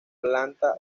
planta